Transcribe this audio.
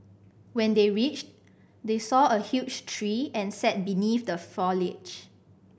when they reached they saw a huge tree and sat beneath the foliage